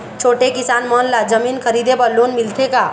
छोटे किसान मन ला जमीन खरीदे बर लोन मिलथे का?